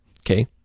Okay